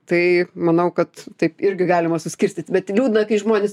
tai manau kad taip irgi galima suskirstyt bet liūdna kai žmonės